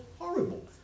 horrible